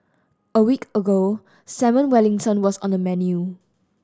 a week ago Salmon Wellington was on the menu